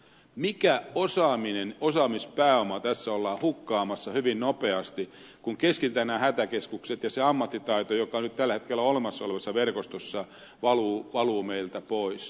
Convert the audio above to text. mikä osaaminen osaamispääoma tässä ollaan hukkaamassa hyvin nopeasti kun keskitetään nämä hätäkeskukset ja se ammattitaito joka nyt tällä hetkellä olemassa olevassa verkostossa valuu meiltä pois